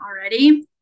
already